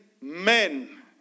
men